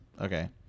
okay